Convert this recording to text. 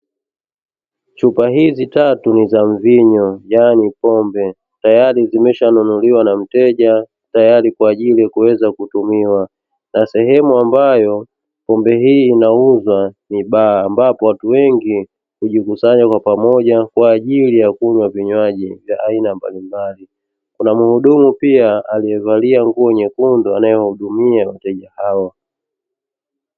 Chupa hizi tatu ni za mvinyo yani pombe tayari zimeshanunuliwa na mteja tayari kwa ajili ya kuweza kutumiwa na sehemu ambayo pombe hii inauzwa ni baa, ambapo watu wengi hujikusanya kwa pamoja kwa ajili ya kunywa vinywaji vya aina mbalimbali, kuna mhudumu pia aliyevalia nguo nyekundu anayewahudumia wateja hao.